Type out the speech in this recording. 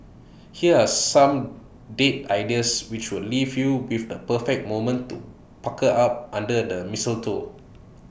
here are some date ideas which will leave you with the perfect moment to pucker up under the mistletoe